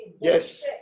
Yes